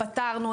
פתרנו,